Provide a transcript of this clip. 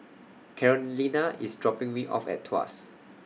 Carolina IS dropping Me off At Tuas